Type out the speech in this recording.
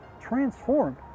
transformed